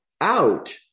out